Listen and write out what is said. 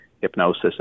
hypnosis